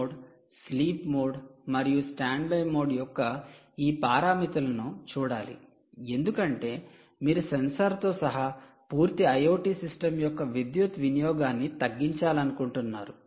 5 mA normal mode sleep mode మరియు standby mode యొక్క ఈ పారామితులను చూడాలి ఎందుకంటే మీరు సెన్సార్తో సహా పూర్తి IoT సిస్టమ్ యొక్క విద్యుత్ వినియోగాన్ని తగ్గించాలనుకుంటున్నారు